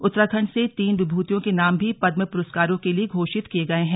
उत्तराखंड से तीन विभूतियों के नाम भी पद्म प्रस्कारों के लिए घोषित किये गए हैं